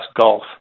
golf